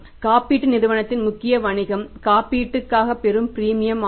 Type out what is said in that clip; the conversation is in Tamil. காப்பீட்டு நிறுவனத்தின் முக்கிய வணிகம் காப்பீட்டுக் பெரும் பிரீமியம் ஆகும்